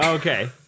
Okay